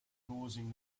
causing